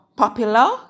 popular